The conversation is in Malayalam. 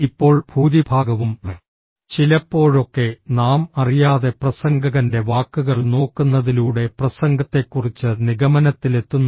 ഇപ്പോൾ ഭൂരിഭാഗവും ചിലപ്പോഴൊക്കെ നാം അറിയാതെ പ്രസംഗകന്റെ വാക്കുകൾ നോക്കുന്നതിലൂടെ പ്രസംഗത്തെക്കുറിച്ച് നിഗമനത്തിലെത്തുന്നു